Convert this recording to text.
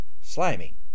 slimy